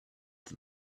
that